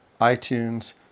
iTunes